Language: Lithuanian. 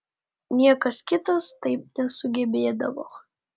niekas kitas taip nesugebėdavo